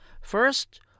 First